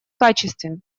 качестве